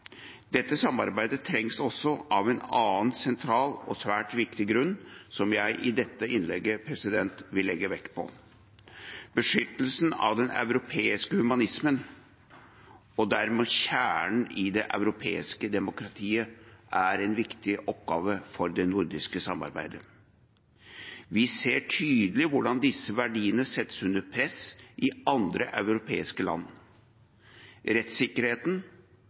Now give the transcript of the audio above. Dette samarbeidet trengs også av en annen sentral og svært viktig grunn, som jeg i dette innlegget vil legge vekt på: Beskyttelsen av den europeiske humanismen og dermed kjernen i det europeiske demokratiet er en viktig oppgave for det nordiske samarbeidet. Vi ser tydelig hvordan disse verdiene settes under press i andre europeiske land. Rettssikkerheten,